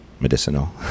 medicinal